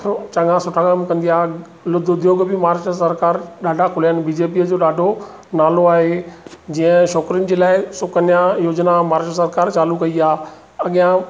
चङा सुठा कमु कंदी आहे लघु उद्योग बि महाराष्ट्र सरकारु ॾाढा खोलिया आहिनि बी जे पी जो ॾाढो नालो आहे जीअं छोकरीनि जे लाइ सुकन्या योजना महाराष्ट्र सरकारु चालू कई आहे अॻियां